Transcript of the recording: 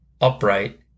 upright